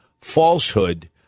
falsehood